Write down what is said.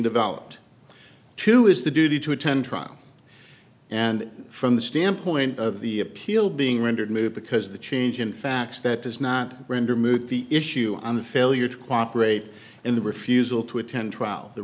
developed to is the duty to attend trial and from the standpoint of the appeal being rendered moot because of the change in facts that is not rendered moot the issue on the failure to cooperate in the refusal to attend trial the